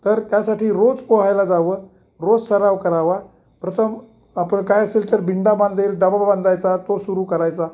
तर त्यासाठी रोज पोहायला जावं रोज सराव करावा प्रथम आपण काय असेल तर बिंडा बांधेल डबा बांधायचा तो सुरू करायचा